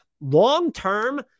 Long-term